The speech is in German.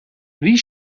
wie